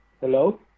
Hello